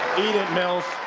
eat it, mills.